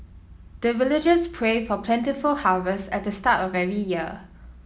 the villagers pray for plentiful harvest at the start of every year